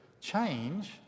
change